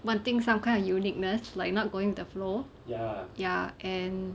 wanting some kind of uniqueness like not going the flow ya and